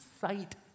sight